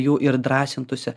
jų ir drąsintųsi